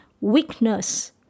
weakness